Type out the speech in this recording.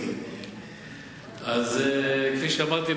כפי שאמרתי,